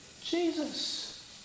Jesus